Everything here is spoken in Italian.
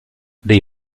dei